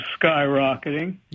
skyrocketing